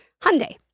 Hyundai